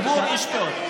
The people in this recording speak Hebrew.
הציבור ישפוט.